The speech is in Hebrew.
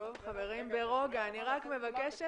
אנחנו נפתח מחדש את